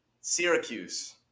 Syracuse